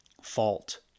fault